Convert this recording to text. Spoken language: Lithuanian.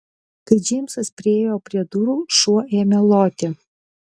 kai džeimsas priėjo prie durų šuo ėmė loti